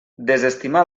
desestimar